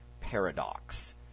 paradox